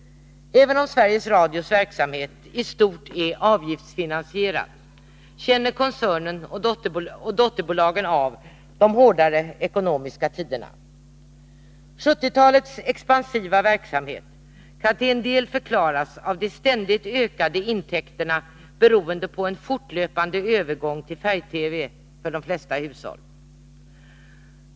Även om Sveriges Radios verksamhet i stort är avgiftsfinansierad, känner koncernen och dotterbolagen av de ekonomiskt hårdare tiderna. 1970-talets expansiva verksamhet kan till en del förklaras av de ständigt ökande intäkterna, beroende på en fortlöpande övergång till färg-TV för de flesta hushåll.